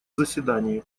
заседании